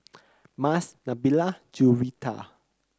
Mas Nabila Juwita